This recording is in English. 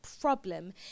problem